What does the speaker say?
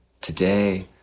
today